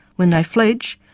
when they fledge,